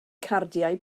cardiau